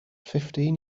fifteen